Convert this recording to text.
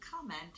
comment